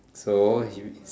so huge